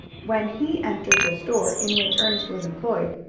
when he entered the store in which ernest was employed,